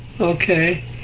Okay